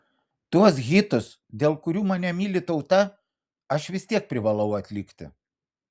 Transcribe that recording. tuos hitus dėl kurių mane myli tauta aš vis tiek privalau atlikti